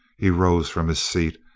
he rose from his seat,